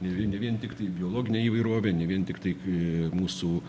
ne vien ne vien tiktai biologinę įvairovę ne vien tiktai mūsų